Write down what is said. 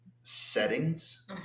settings